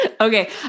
Okay